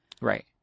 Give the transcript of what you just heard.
Right